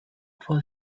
for